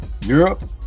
Europe